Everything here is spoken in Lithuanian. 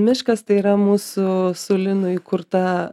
miškas tai yra mūsų su linu įkurta